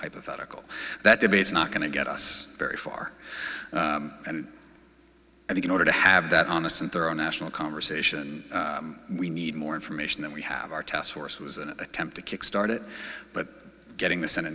hypothetical that debate's not going to get us very far and i think in order to have that honest and thorough national conversation we need more information that we have our task force was an attempt to kick start it but getting the senate